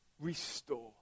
restore